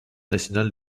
nationale